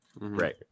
Right